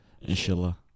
Inshallah